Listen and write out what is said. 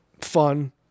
fun